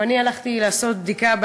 גם אני הלכתי לעשות בדיקה.